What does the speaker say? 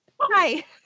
Hi